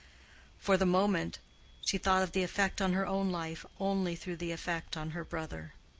for the moment she thought of the effect on her own life only through the effect on her brother.